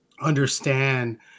understand